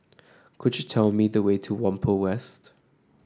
could you tell me the way to Whampoa West